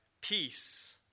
peace